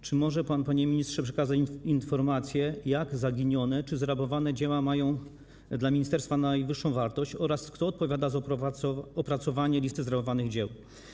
Czy może pan, panie ministrze, przekazać informację, jakie zaginione czy zrabowane dzieła mają dla ministerstwa najwyższą wartość oraz kto odpowiada za opracowanie listy zrabowanych dzieł?